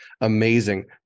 amazing